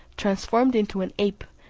transformed into an ape,